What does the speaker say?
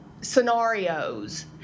scenarios